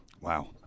Wow